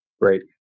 Great